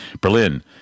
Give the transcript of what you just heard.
berlin